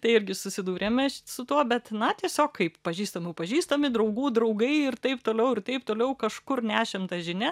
tai irgi susidūrėme su tuo bet na tiesiog kaip pažįstamų pažįstami draugų draugai ir taip toliau ir taip toliau kažkur nešėm tą žinią